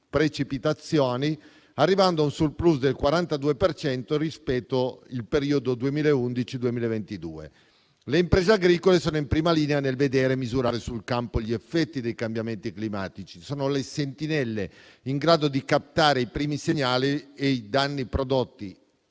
precipitazioni, arrivando a un *surplus* del 42 per cento rispetto al periodo 2011-2022. Le imprese agricole sono in prima linea nel vedere e misurare sul campo gli effetti dei cambiamenti climatici: sono le sentinelle in grado di captare i primi segnali e i danni prodotti